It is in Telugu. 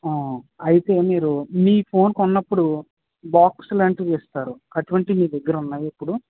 అయితే మీరు మీ ఫోన్ కొన్నప్పుడు బాక్స్ లాంటివి ఇస్తారు అటువంటివి మీ దగ్గర ఉన్నాయా ఇప్పుడు